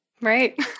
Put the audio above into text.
right